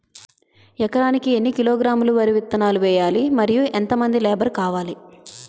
ఎకరానికి ఎన్ని కిలోగ్రాములు వరి విత్తనాలు వేయాలి? మరియు ఎంత మంది లేబర్ కావాలి?